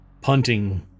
punting